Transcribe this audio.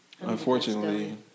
Unfortunately